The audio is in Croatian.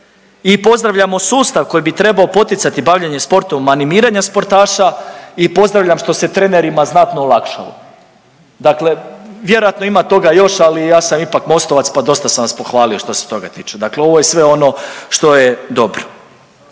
I pozdravljamo sustav koji bi trebao poticati bavljenje sportom animiranja sportaša i pozdravljam što se trenerima znatno olakšalo. Dakle, vjerojatno ima toga još ali ja sam ipak MOST-ovac pa dosta sam vas pohvalio što se toga tiče. Dakle, ovo je svo ono što je dobro.